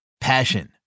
Passion